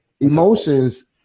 emotions